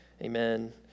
Amen